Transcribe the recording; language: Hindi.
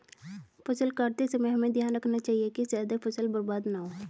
फसल काटते समय हमें ध्यान रखना चाहिए कि ज्यादा फसल बर्बाद न हो